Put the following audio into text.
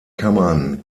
kammern